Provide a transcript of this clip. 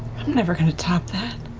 i'm never going to top that.